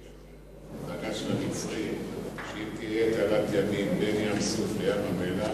הדאגה של המצרים היא שאם תהיה תעלת ימים בין ים-סוף לבין ים-המלח,